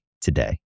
today